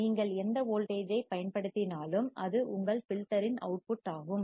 நீங்கள் எந்த வோல்டேஜ் ஐப் பயன்படுத்தினாலும் அது உங்கள் ஃபில்டர் இன் அவுட்புட் ஆகும்